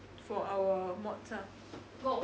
for our mods lah